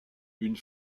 une